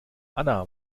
anna